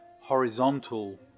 horizontal